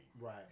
Right